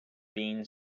been